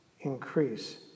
increase